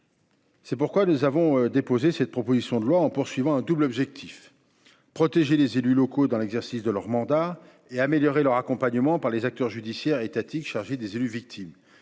C’est pourquoi nous avons déposé cette proposition de loi, en nous fixant un double objectif : protéger les élus locaux dans l’exercice de leurs mandats et améliorer leur accompagnement par les acteurs judiciaires et étatiques chargés des élus victimes.